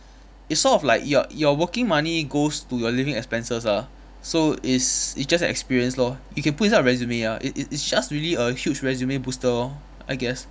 it's sort of like your your working money goes to your living expenses ah so it's it's just an experience lor you can put inside your resume ah it it it's just really a huge resume booster lor I guess